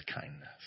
kindness